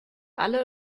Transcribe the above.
alle